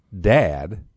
dad